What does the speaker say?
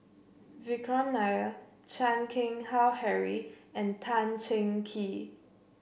Vikram Nair Chan Keng Howe Harry and Tan Cheng Kee